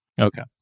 Okay